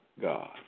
God